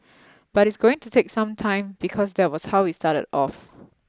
but it's going to take some time because that was how we started off